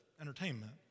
entertainment